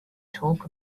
talk